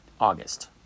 August